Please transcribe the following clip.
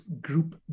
group